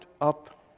up